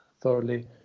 thoroughly